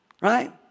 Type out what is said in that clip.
Right